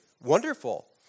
Wonderful